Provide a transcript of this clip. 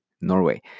Norway